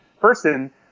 person